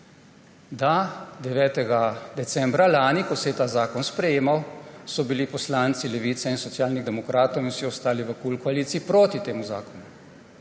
da 9. decembra lani, ko se je ta zakon sprejemal, so bili poslanci Levice in Socialnih demokratov in vsi ostali v koaliciji KUL proti temu zakonu.